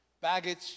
Baggage